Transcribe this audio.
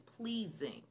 pleasing